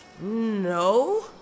No